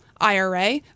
IRA